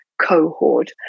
cohort